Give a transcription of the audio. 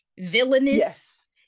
villainous